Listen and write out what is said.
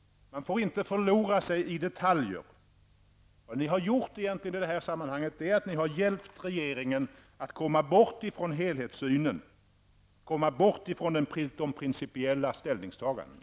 Man får inte förlora sig i detaljer. Ni har i det här sammanhanget hjälpt regeringen att komma bort från helhetssynen och de principiella ställningstagandena.